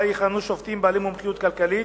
שבה יכהנו שופטים בעלי מומחיות כלכלית,